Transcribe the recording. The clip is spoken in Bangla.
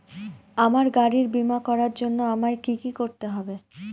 আমার গাড়ির বীমা করার জন্য আমায় কি কী করতে হবে?